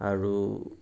আৰু